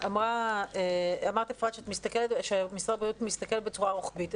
אמרת, אפרת, שמשרד הבריאות מסתכל בצורה רוחבית.